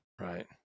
Right